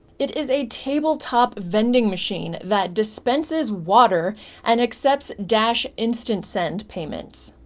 it is a tabletop vending machine that dispenses water and accepts dash instantsend payments.